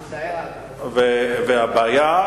הבעיה,